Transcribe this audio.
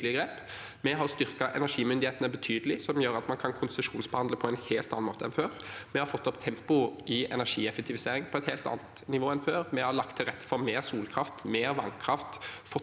Vi har styrket energimyndighetene betydelig, som gjør at man kan konsesjonsbehandle på en helt annen måte enn før. Vi har fått opp tempoet i energieffektivisering på et helt annet nivå enn før. Vi har lagt til rette for mer solkraft, mer vannkraft,